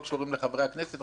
לחברי הכנסת, אלא רק לחלקם.